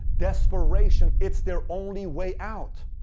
desperation. it's their only way out.